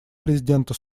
президента